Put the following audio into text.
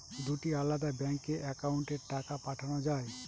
দুটি আলাদা ব্যাংকে অ্যাকাউন্টের টাকা পাঠানো য়ায়?